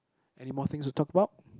anymore things to talk about